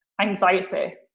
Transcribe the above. anxiety